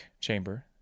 Chamber